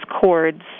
cords